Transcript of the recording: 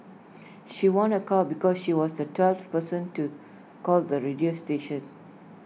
she won A car because she was the twelfth person to call the radio station